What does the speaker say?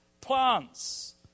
plants